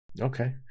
Okay